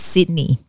Sydney